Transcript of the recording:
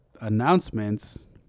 announcements